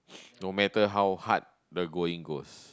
no matter how hard the going goes